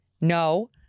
no